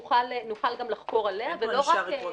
נוכל גם לחקור עליה ולא רק --- אין פה ענישה רטרואקטיבית.